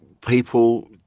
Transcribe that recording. people